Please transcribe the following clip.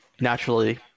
naturally